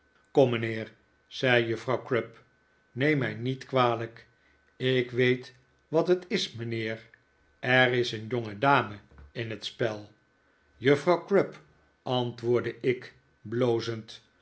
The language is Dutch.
mijnheer zei juffrouw crupp neem mij niet kwalijk ik weet wat het is mijnheer er is een jongedame in het spel juffrouw crupp antwoordde ik blozend